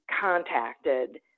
contacted